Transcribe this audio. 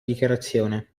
dichiarazione